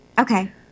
Okay